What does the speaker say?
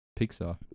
Pixar